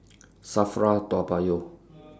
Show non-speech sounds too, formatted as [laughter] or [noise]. [noise] SAFRA Toa Payoh